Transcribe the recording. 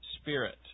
Spirit